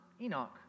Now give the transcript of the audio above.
Enoch